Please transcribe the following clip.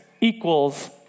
equals